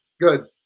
Good